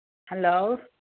hello